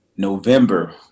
November